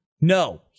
No